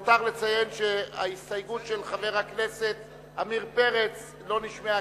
למותר לציין שההסתייגות של חבר הכנסת עמיר פרץ לא נשמעה,